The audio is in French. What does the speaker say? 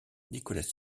nicolas